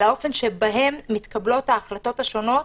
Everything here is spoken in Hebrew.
על האופן שבו מתקבלות ההחלטות השונות.